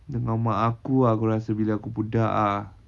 dengan mak aku aku rasa bila aku budak ah